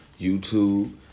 YouTube